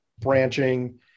branching